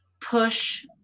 push